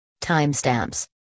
Timestamps